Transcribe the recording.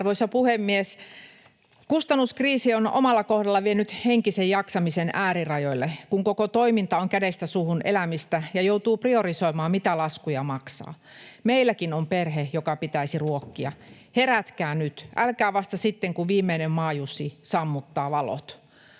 Arvoisa puhemies! ”Kustannuskriisi on omalla kohdalla vienyt henkisen jaksamisen äärirajoille, kun koko toiminta on kädestä suuhun elämistä ja joutuu priorisoimaan, mitä laskuja maksaa. Meilläkin on perhe, joka pitäisi ruokkia. Herätkää nyt, älkää vasta sitten kun viimeinen maajussi sammuttaa valot.”